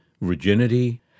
virginity